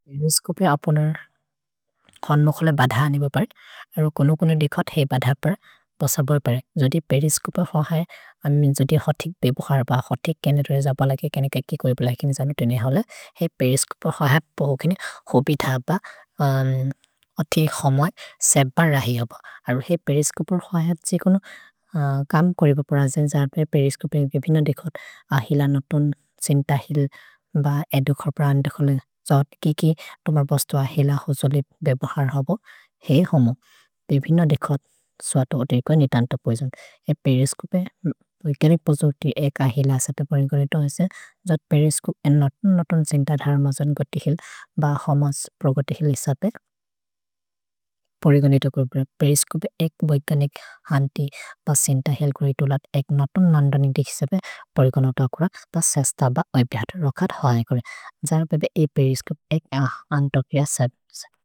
पेरिस्चोपे अपोनर् खन्म खोले बध अनिबोपरेत्। अरो कोनो-कोनो देखोत् हेइ बधपर् बसबोपरेत्। जोदि पेरिस्चोपे होहए, अमिन् जोदि होतिक् बेबोहर ब, होतिक् केने दोरे जपलगे, केने केके कोइब् लैकेने जमि तुनिहौले, हेइ पेरिस्चोपे होहए पो ओकिने होबि थ ब, अथि खमए, सब्ब रहि होब। अरो हेइ पेरिस्चोपे होहए छे इकोनो कम् कोरिबोपर् अजेन्, जर्पे पेरिस्चोपे हेइ बेबिनो देखोत् अहिल नतुन्, सिन्तहिल् ब एदु खप्र अनिदखोले, जोत् किकि तुमर् बस्तु अहिल होजोलि बेबोहर होबो, हेइ होमो, बेबिनो देखोत् स्वतो ओदिर्को नितन्तो पोइजोम्। हेइ पेरिस्चोपे बोइकनि पोजोति एक् अहिल सपे परिगनितो हसे, जोत् पेरिस्चोपे नतुन्-नतुन् सिन्तहिल् हरमजन् गतिहिल् ब हमस् प्रगतिहिल् इसपे परिगनितो कोरिबिन। पेरिस्चोपे एक् बोइकनि हन्ति ब सिन्तहिल् कोरितुलत् एक् नतुन् नन्दनि दिकिसबे परिगनत ओकुर, तस् ससबोपरेत्। अस्तब ओइपिअत् रोकत् होऐकुरि, जर्पे बे इ पेरिस्चोपे एक् अहन्तोकि असेप्से।